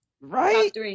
right